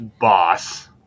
boss